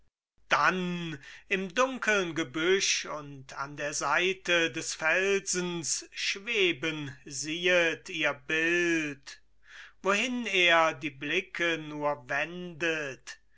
dann im dunkeln gebüsch und an der seite des felsens schweben siehet ihr bild wohin er die blicke nur wendet